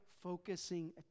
focusing